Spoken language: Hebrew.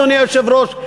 אדוני היושב-ראש,